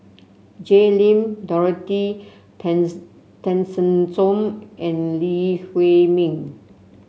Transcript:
Jay Lim Dorothy Tessensohn and Lee Huei Min